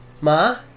Ma